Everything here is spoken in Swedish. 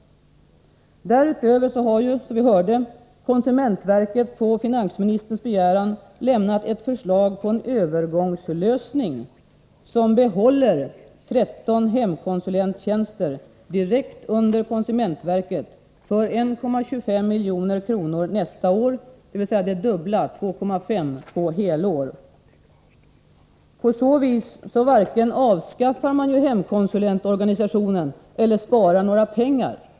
Därutöver har, som vi hörde, konsumentverket på finansministerns begäran lämnat ett förslag till en övergångslösning, som behåller 13 hemkonsulenttjänster direkt under konsumentverket för 1,25 milj.kr. nästa år — dvs. det dubbla, 2,5 miljoner, på helår. På så vis varken avskaffar man hemkonsulentorganisationen eller sparar pengar.